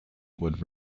would